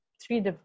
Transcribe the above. three